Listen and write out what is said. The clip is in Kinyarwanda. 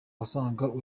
wasangaga